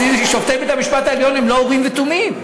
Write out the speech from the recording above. אצלי שופטי בית-המשפט העליון הם לא אורים ותומים.